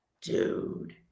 dude